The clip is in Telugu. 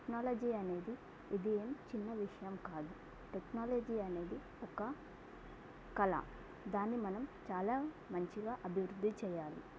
టెక్నాలజీ అనేది ఇది ఏం చిన్న విషయం కాదు టెక్నాలజీ అనేది ఒక కళ దాన్ని మనం చాలా మంచిగా అభివృద్ధి చెయ్యాలి